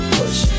push